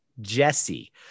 Jesse